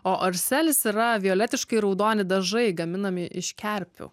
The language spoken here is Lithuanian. o arselis yra vijoletiškai raudoni dažai gaminami iš kerpių